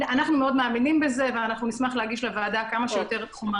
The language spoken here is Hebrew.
אנחנו מאוד מאמינים בזה ונשמח להגיש לוועדה חומרים,